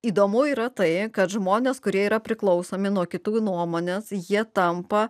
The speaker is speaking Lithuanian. įdomu yra tai kad žmonės kurie yra priklausomi nuo kitų nuomonės jie tampa